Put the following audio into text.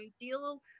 deal